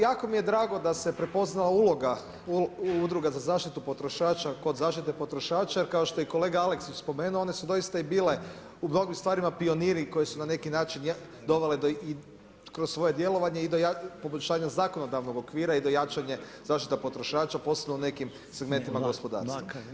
Jako mi je drago da se prepoznala Udruga za zaštitu potrošača kod zaštite potrošača jer kao što je kolega Aleksić spomenuo one su doista i bile u mnogim stvarima pioniri koji su na neki način dovele kroz svoje djelovanje i do poboljšanja zakonodavnog okvira i do jačanja zaštite potrošača, posebno u nekim segmentima gospodarstva.